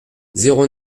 zéro